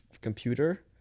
computer